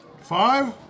Five